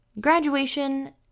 graduation